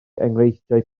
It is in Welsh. enghreifftiau